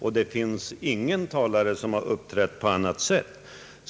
Det finns ingen talare som vill göra på annat sätt.